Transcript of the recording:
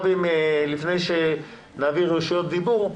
לפני שנעביר את רשות הדיבור,